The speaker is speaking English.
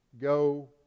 Go